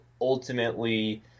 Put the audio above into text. ultimately